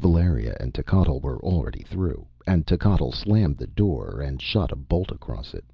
valeria and techotl were already through, and techotl slammed the door and shot a bolt across it